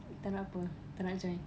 tak nak apa tak nak join